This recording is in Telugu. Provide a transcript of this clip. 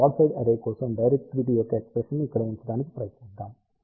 ఇప్పుడు బ్రాడ్సైడ్ అర్రే కోసం డైరెక్టివిటీ యొక్క ఎక్ష్ప్రెషన్ ని ఇక్కడ ఉంచడానికి ప్రయత్నిద్దాం